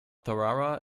tarawa